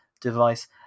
device